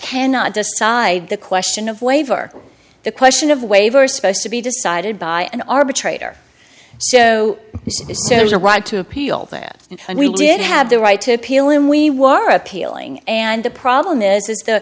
cannot decide the question of waiver the question of waiver supposed to be decided by an arbitrator so there's a right to appeal that and and we did have the right to appeal and we were appealing and the problem is is the